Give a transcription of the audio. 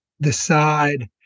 decide